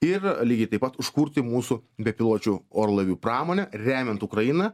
ir lygiai taip pat užkurti mūsų bepiločių orlaivių pramonę remiant ukrainą